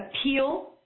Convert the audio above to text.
appeal